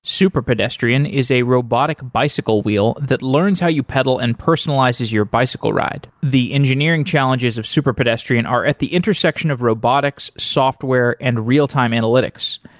super pedestrian is a robotic bicycle wheel that learns how you pedal and personalizes your bicycle ride. the engineering challenges of super pedestrian are at the intersection of robotics, software and real-time analytics.